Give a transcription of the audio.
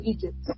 Egypt